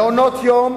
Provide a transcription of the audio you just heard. מעונות יום,